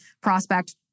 prospect